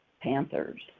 panthers